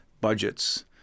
budgets